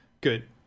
Good